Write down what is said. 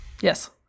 Yes